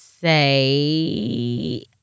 say